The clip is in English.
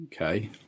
Okay